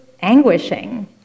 anguishing